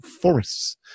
forests